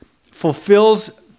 fulfills